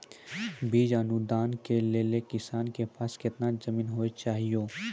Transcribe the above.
बीज अनुदान के लेल किसानों के पास केतना जमीन होना चहियों?